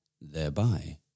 thereby